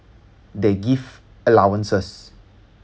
they give allowances